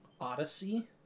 Odyssey